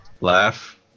Laugh